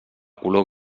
color